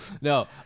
No